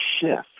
shift